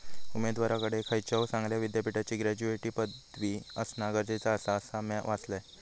उमेदवाराकडे खयच्याव चांगल्या विद्यापीठाची ग्रॅज्युएटची पदवी असणा गरजेचा आसा, असा म्या वाचलंय